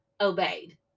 obeyed